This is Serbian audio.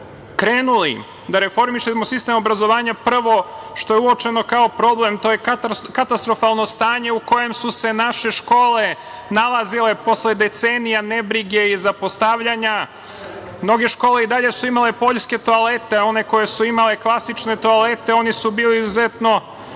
krenuli da reformišemo sistem obrazovanja. Prvo što je uočeno kao problem je katastrofalno stanje u kojem su se naše škole nalazile posle decenija nebrige i zapostavljanja. Mnoge škole i dalje su imale poljske toalete, a one koje su imale klasične toalete oni su bili izuzetno